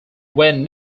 when